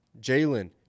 Jalen